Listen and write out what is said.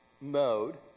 mode